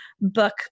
book